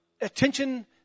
attention